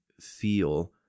feel